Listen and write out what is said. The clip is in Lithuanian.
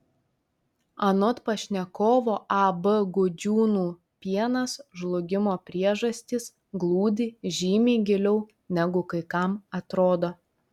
anot pašnekovo ab gudžiūnų pienas žlugimo priežastys glūdi žymiai giliau negu kai kam atrodo